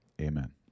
Amen